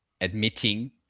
admitting